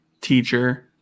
teacher